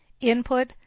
Input